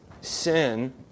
sin